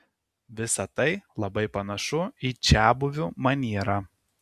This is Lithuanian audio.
visa tai labai panašu į čiabuvių manierą